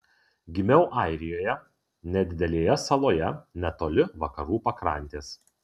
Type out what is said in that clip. gimiau airijoje nedidelėje saloje netoli vakarų pakrantės